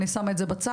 אני שמה את זה בצד,